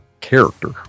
character